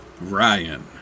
Ryan